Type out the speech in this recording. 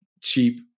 cheap